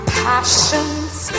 passions